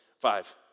five